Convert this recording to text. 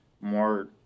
more